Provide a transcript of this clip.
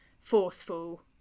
forceful